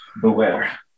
Beware